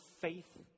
faith